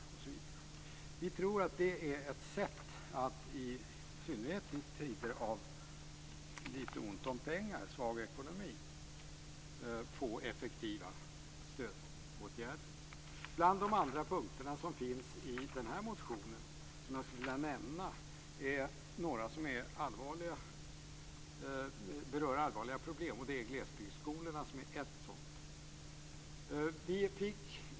Vi tror att det är ett sätt att i synnerhet i tider av svag ekonomi få effektiva stödåtgärder. Bland de andra punkter jag skulle vilja nämna i den här motionen är några som berör allvarliga problem. Ett sådant är glesbygdsskolorna.